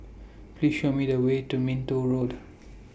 Please Show Me The Way to Minto Road